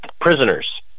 Prisoners